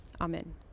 Amen